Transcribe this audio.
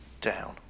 down